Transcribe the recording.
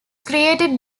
created